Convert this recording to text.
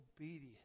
obedience